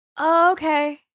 okay